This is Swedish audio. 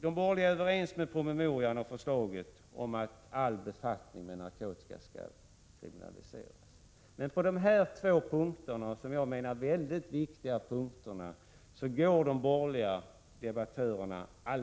De borgerliga är överens med regeringen om förslaget att all befattning med narkotika skall kriminaliseras, men på dessa två mycket viktiga punkter går de alldeles för långt.